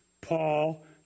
Paul